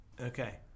Okay